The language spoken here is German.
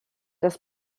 das